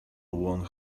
one